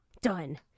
Done